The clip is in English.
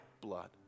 blood